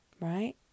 Right